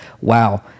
wow